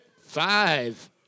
Five